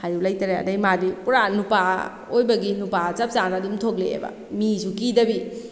ꯍꯥꯏꯗꯨ ꯂꯩꯇꯔꯦ ꯑꯗꯩ ꯃꯥꯗꯤ ꯄꯨꯔꯥ ꯅꯨꯄꯥ ꯑꯣꯏꯕꯒꯤ ꯅꯨꯄꯥ ꯆꯞꯆꯥꯅ ꯑꯗꯨꯝ ꯊꯣꯛꯂꯛꯑꯦꯕ ꯃꯤꯁꯨ ꯀꯤꯗꯕꯤ